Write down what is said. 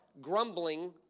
grumbling